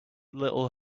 little